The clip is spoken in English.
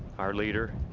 our leader,